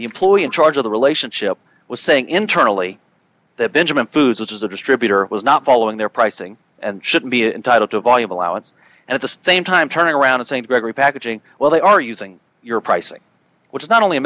employee in charge of the relationship was saying internally that benjamin foods which is a distributor was not following their pricing and should be entitled to a valuable outs and at the same time turning around st gregory packaging well they are using your pricing which is not only